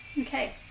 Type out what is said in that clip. okay